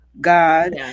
God